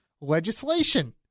legislation